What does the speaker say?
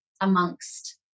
amongst